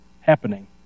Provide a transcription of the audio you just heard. happening